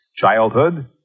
childhood